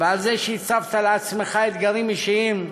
על זה שהצבת לעצמך אתגרים אישיים,